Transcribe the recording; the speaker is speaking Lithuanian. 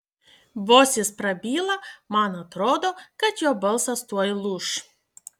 vos jis prabyla man atrodo kad jo balsas tuoj lūš